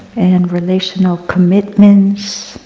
and relational commitments,